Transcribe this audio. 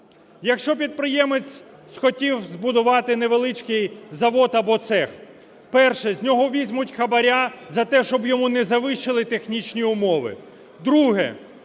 Якщо підприємець схотів збудувати невеличкий завод або цех – перше - з нього візьмуть хабара за те, щоб йому не завищили технічні умови;